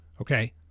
Okay